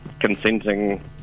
consenting